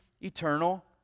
eternal